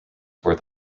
worth